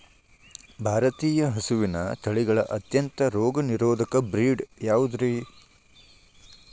ಭಾರತೇಯ ಹಸುವಿನ ತಳಿಗಳ ಅತ್ಯಂತ ರೋಗನಿರೋಧಕ ಬ್ರೇಡ್ ಯಾವುದ್ರಿ?